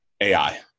AI